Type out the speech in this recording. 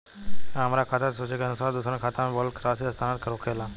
आ हमरा खाता से सूची के अनुसार दूसरन के खाता में बल्क राशि स्थानान्तर होखेला?